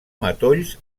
matolls